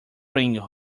ring